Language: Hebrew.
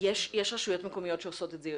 יש רשויות מקומיות שעושות את זה?